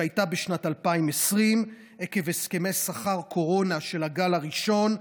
בשנת 2020 עקב הסכמי שכר קורונה של הגל הראשון,